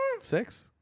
Six